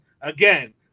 Again